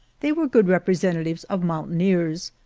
they were good representatives of mountaineers,